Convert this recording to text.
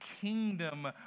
kingdom